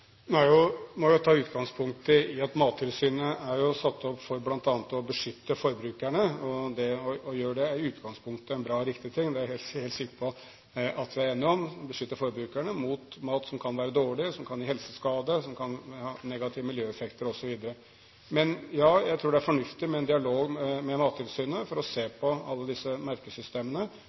ta utgangspunkt i at Mattilsynet er satt til bl.a. å beskytte forbrukerne – og det er i utgangspunktet en bra og riktig ting, det er jeg helt sikker på at vi er enige om – mot mat som kan være dårlig, som kan gi helseskade, som kan ha negative miljøeffekter, osv. Ja, jeg tror det er fornuftig med en dialog med Mattilsynet for å se på alle disse merkesystemene